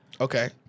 Okay